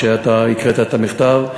ואתה הקראת את המכתב,